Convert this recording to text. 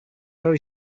very